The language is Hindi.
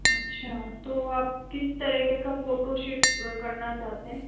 अच्छा तो आप किस तरह के का फोटोशूट करना चाहते हैं